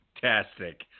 Fantastic